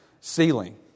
ceiling